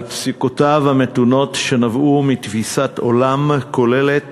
על פסיקותיו המתונות שנבעו מתפיסת עולם כוללת